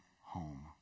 home